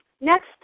next